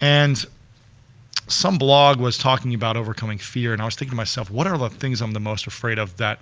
and some blog was talking about overcoming fear, and i was thinking to myself, what are the things i'm the most afraid of, that